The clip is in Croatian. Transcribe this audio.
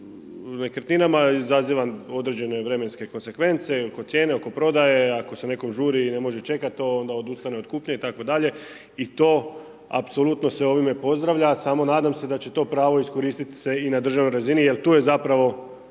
nekretninama izaziva određene vremenske konsekvence i oko cijene, oko prodaje, ako se nekom žuri i ne može čekat to, onda odustane od kupnje itd. i to apsolutno se ovime pozdravlja, samo nadam se da će to pravo iskoristit se i na državnoj razini jer tu je zapravo